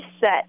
set